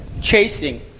chasing